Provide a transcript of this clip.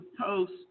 post